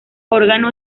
órgano